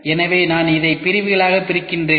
எனவே நான் இதை பிரிவுகளாகப் பிரிக்கின்றேன்